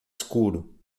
escuro